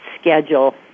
schedule